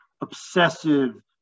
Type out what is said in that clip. obsessive